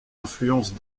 influences